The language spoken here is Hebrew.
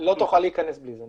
לא תוכל להכנס בלי זה.